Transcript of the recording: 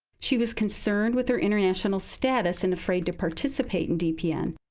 she was concerned with her international status and afraid to participate in dpn.